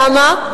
למה?